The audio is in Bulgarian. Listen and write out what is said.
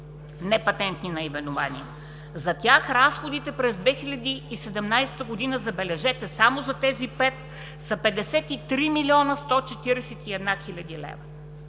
непатентни наименования. За тях разходите през 2017 г., забележете, само за тези 5, са 53 млн. 141 хил. лв.